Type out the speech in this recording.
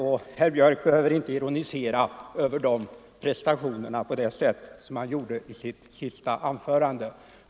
Herr Björck behöver inte ironisera över deras prestationer på det sätt som han gjorde i sitt senaste anförande.